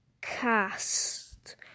cast